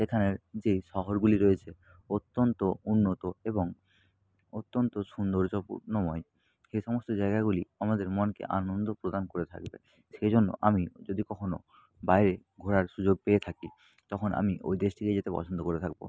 এখানের যে শহরগুলি রয়েছে অত্যন্ত উন্নত এবং অত্যন্ত সৌন্দর্যপূর্ণময় এ সমস্ত জায়গাগুলি আমাদের মনকে আনন্দ প্রদান করে থাকবে সেই জন্য আমি যদি কখনও বাইরে ঘোরার সুযোগ পেয়ে থাকি তখন আমি ওই দেশটিতে যেতে পছন্দ করে থাকব